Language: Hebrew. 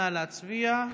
נא להצביע.